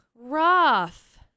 Rough